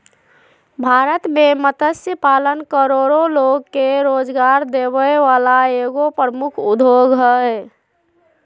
भारत में मत्स्य पालन करोड़ो लोग के रोजगार देबे वला एगो प्रमुख उद्योग हइ